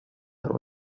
that